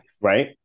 Right